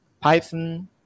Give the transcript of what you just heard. Python